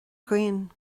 ghrian